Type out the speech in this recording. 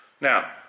Now